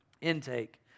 Intake